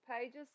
pages